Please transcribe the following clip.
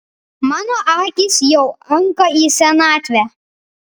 mano akys jau anka į senatvę